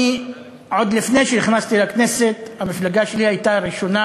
עוד לפני שנכנסתי לכנסת המפלגה שלי הייתה הראשונה